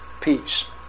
peace